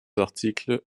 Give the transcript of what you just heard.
articles